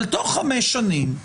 אבל תוך חמש שנים,